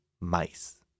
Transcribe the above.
mice